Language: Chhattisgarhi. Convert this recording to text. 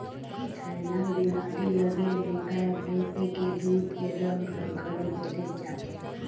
थनैल बेमारी लगे ले गाय भइसी के दूद के रंग हर घलो बदेल जाथे